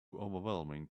overwhelming